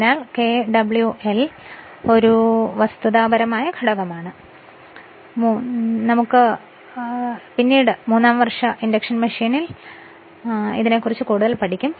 അതിനാൽ Kw1 ഒരു വസ്തുതാപരമായ ഘടകമാണ് ഇത് ഇവിടെ ചർച്ച ചെയ്യുന്നില്ല അത് മനസ്സിൽ വയ്ക്കുക കാരണം മൂന്നാം വർഷ ഇൻഡക്ഷൻ മെഷീനിൽ ഇലക്ട്രിക്കൽ എഞ്ചിനീയറിംഗിൽ ഇതിനെക്കുറിച്ച് കൂടുതൽ പഠിക്കും